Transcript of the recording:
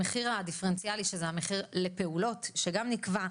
המחיר הדיפרנציאלי, שזה המחיר לפעולות שגם נקבע,